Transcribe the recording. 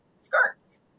skirts